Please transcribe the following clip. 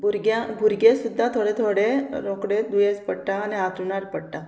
भुरग्यां भुरगें सुद्दां थोडे थोडे रोकडे दुयेंस पडटा आनी हांतरुणान पडटा